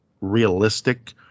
realistic